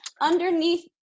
Underneath